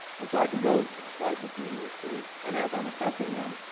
and so i can go, swipe between these two and as i'm assessing them,